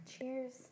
cheers